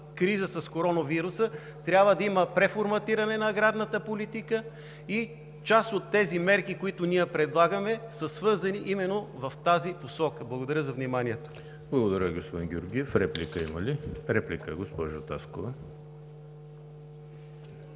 криза с коронавируса трябва да има преформатиране на аграрната политика и част от тези мерки, които ние предлагаме, са свързани именно в тази посока. Благодаря за вниманието. ПРЕДСЕДАТЕЛ ЕМИЛ ХРИСТОВ: Благодаря, господин Георгиев. Реплика има ли? Реплика, госпожо Таскова. КРЪСТИНА